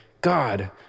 God